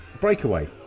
Breakaway